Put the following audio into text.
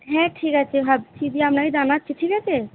হ্যাঁ ঠিক আছে ভাবছি দিয়ে আপনাকে জানাচ্ছি ঠিক আছে